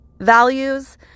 values